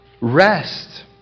Rest